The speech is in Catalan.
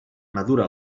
madura